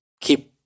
keep